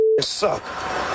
suck